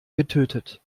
getötet